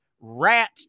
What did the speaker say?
rat